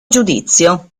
giudizio